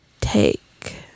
take